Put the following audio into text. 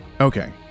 Okay